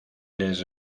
les